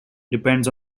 depends